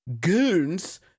goons